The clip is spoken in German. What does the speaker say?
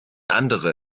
andere